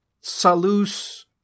Salus